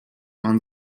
man